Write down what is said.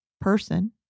person